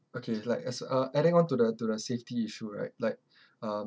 okay like as uh adding on to the to the safety issue right like um